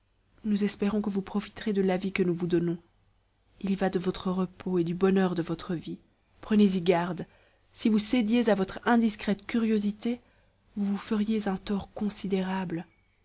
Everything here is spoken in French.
nous espérons que vous profiterez de l'avis que nous vous donnons il y va de votre repos et du bonheur de votre vie prenez-y garde si vous cédiez à votre indiscrète curiosité vous vous feriez un tort considérable